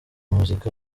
muzika